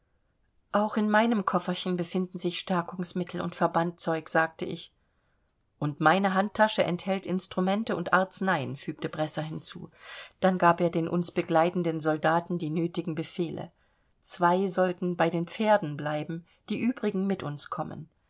auch in meinem kofferchen befinden sich stärkungsmittel und verbandzeug sagte ich und meine handtasche enthält instrumente und arzneien fügte bresser hinzu dann gab er den uns begleitenden soldaten die nötigen befehle zwei sollten bei den pferden bleiben die übrigen mit uns kommen